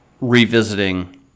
revisiting